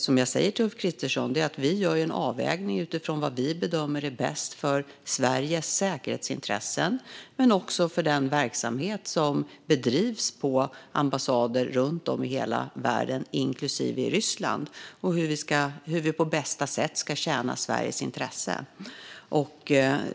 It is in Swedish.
Som jag säger till Ulf Kristersson gör vi en avvägning utifrån vad vi bedömer är bäst för Sveriges säkerhetsintressen men också för den verksamhet som bedrivs på ambassader runt om i hela världen, inklusive i Ryssland, och hur vi på bästa sätt ska tjäna Sveriges intressen.